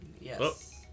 Yes